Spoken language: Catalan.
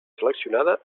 seleccionada